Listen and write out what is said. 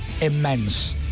immense